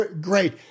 great